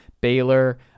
baylor